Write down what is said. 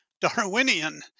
Darwinian